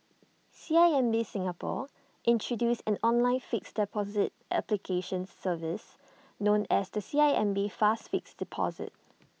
C I M B Singapore has introduced an online fixed deposit application service known as the C I M B fast fixed deposit